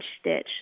stitch